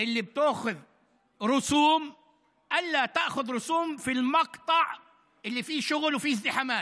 שגובה אגרות לא תגבה אגרות בקטעים שבהם יש עבודות ופקקים,